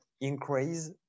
increase